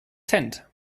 tent